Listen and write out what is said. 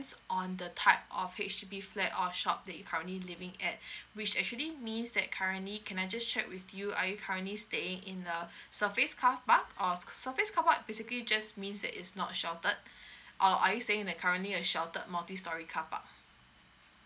on the type of H_D_B flat or shop that you currently living at which actually means that currently can I just check with you are you currently staying in the surface carpark or surface carpark basically just means that it's not sheltered or are you staying in the currently a sheltered multistorey carpark